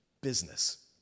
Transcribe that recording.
business